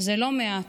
/ זה לא מעט.